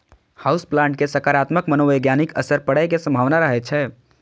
house plant के सकारात्मक मनोवैज्ञानिक असर पड़ै के संभावना रहै छै